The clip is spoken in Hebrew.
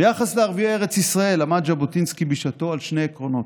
ביחס לערביי ארץ ישראל עמד ז'בוטינסקי בשעתו על שני עקרונות: